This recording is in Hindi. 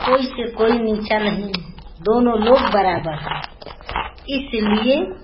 कोई से कोई नीचा नहीं है दोनों लोग बराबर हैं इसलिए